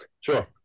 Sure